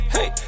Hey